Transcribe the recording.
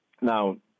Now